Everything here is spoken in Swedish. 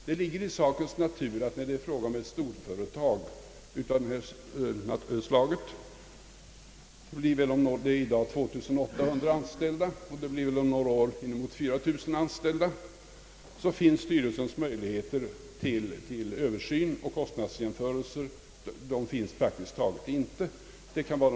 Det ligger i sakens natur att när det är fråga om ett storföretag av detta slag, som väl i dag har ca 2800 anställda och som om några år antagligen kommer att ha inemot 4000, blir styrelsens möjligheter till översyn och kostnadsjämförelser praktiskt taget obefintliga.